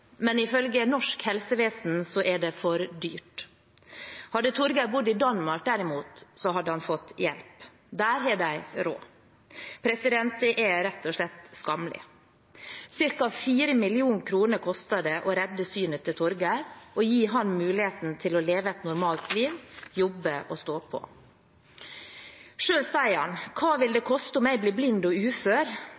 men ifølge norsk helsevesen er det for dyrt. Hadde Torger bodd i Danmark, derimot, hadde han fått hjelp. Der har de råd. Det er rett og slett skammelig. Cirka 4 mill. kr koster det å redde synet til Torger og gi ham muligheten til å leve et normalt liv, jobbe og stå på. Selv sier han: «Hva vil det